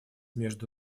между